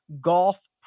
golf